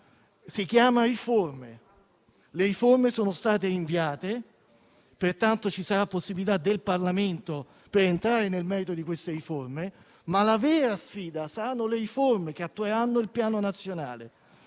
si chiama riforme. Le riforme sono state rinviate. Pertanto, ci sarà la possibilità per il Parlamento di entrare nel merito di queste riforme. La vera sfida, però, saranno le riforme che attueranno il Piano nazionale.